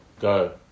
Go